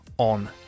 On